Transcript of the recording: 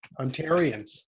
ontarians